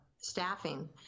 staffing